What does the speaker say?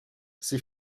ces